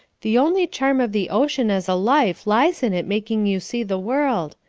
the only charm of the ocean as a life lies in it making you see the world.